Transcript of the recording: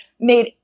made